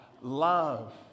love